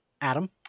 Adam